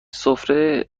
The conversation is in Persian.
سفره